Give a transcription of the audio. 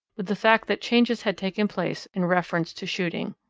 with the fact that changes had taken place in reference to shooting.